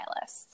list